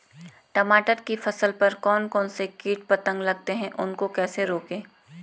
टमाटर की फसल पर कौन कौन से कीट पतंग लगते हैं उनको कैसे रोकें?